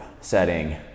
setting